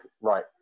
Right